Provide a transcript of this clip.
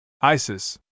Isis